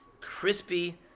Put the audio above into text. crispy